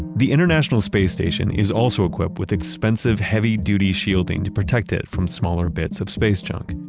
the international space station is also equipped with expensive heavy-duty shielding to protect it from smaller bits of space junk.